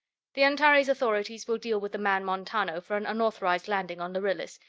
the antares authorities will deal with the man montano for an unauthorized landing on lharillis,